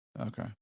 Okay